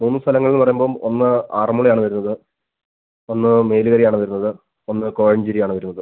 മൂന്ന് സ്ഥലങ്ങൾ പറയുമ്പം ഒന്ന് ആറന്മുളയാണ് വരുന്നത് ഒന്ന് മേലുകരയാണ് വരുന്നത് ഒന്ന് കോഴഞ്ചേരിയാണ് വരുന്നത്